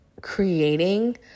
creating